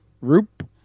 roop